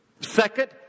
Second